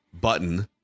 button